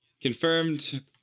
Confirmed